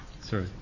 Sorry